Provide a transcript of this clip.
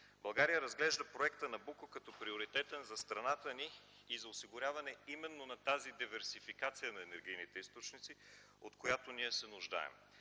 България разглежда проекта „Набуко” като приоритетен за страната ни и за осигуряване именно на тази диверсификация на енергийните източници, от която ние се нуждаем.